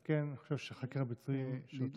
על כן אני חושב שחקר הביצועים שאותו,